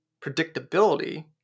predictability